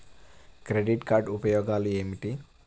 Credit card ఉపయోగాలు ఏమిటి?